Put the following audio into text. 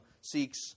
seeks